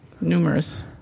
numerous